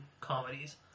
comedies